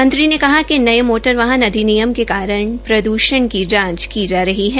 मंत्री ने कहा कि नए मोटर वाहन अधिनियम के कारण प्रदषण की जांच की जा रही है